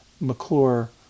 McClure